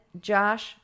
Josh